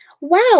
Wow